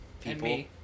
people